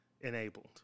enabled